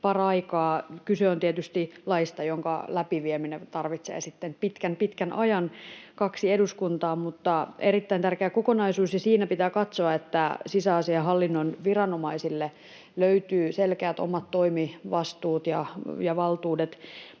paraikaa. Kyse on tietysti laista, jonka läpivieminen tarvitsee pitkän, pitkän ajan, kaksi eduskuntaa, mutta erittäin tärkeä kokonaisuus, ja siinä pitää katsoa, että sisäasiainhallinnon viranomaisille löytyy selkeät omat toimivastuut ja -valtuudet.